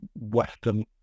Western